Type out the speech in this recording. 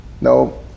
No